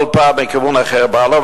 וכל פעם מכיוון אחר זה בא לו.